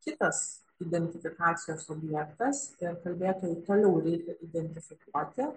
kitas identifikacijos objektas ir kalbėtojui toliau reikia identifikuoti